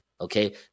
Okay